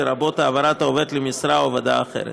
לרבות העברת העובד למשרה או עבודה אחרת.